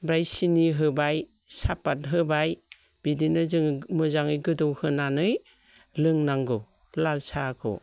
ओमफ्राय सिनि होबाय सापात होबाय बिदिनो जोङो मोजाङै गोदौ होनानै लोंनांगौ लाल साहाखौ